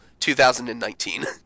2019